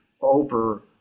over